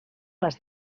les